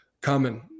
common